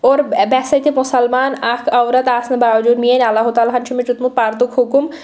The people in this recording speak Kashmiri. اور بے حیثیتہِ مُسلمان اَکھ عورت آسنہٕ باوجوٗد میٛٲنۍ اللہُ تعالیٰ ہَن چھُ مےٚ دیُتمُت پردُک حُکُم